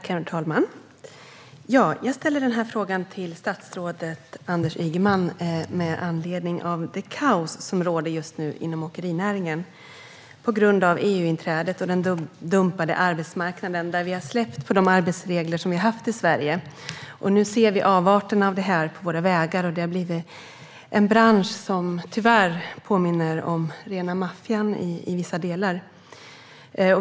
Herr talman! Jag ställde denna fråga till statsrådet Anders Ygeman med anledning av det kaos som just nu råder inom åkerinäringen på grund av EU-inträdet och den dumpade arbetsmarknaden, där vi har släppt på de arbetsregler som vi har haft i Sverige. Nu ser vi avarterna av det här på våra vägar. Det har blivit en bransch som tyvärr påminner om rena maffian i vissa delar.